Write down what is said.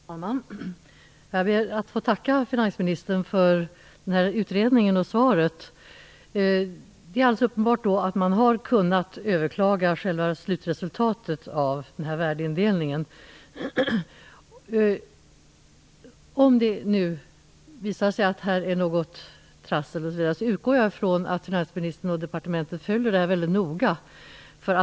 Fru talman! Jag ber att få tacka finansministern för utredningen och även för svaret. Det är alldeles uppenbart att man har kunnat överklaga själva slutresultatet av värdeindelningen. Om det visar sig att det finns trassel här utgår jag från att finansministern och departementet följer detta väldigt noga.